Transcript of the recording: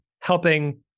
helping